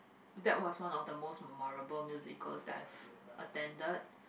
that was one of the most memorable musicals that I've attended